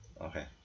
okay